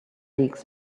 leagues